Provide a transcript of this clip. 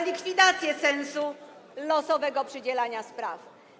likwidację sensu losowego przydzielania spraw.